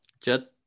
Jed